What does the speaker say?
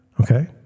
okay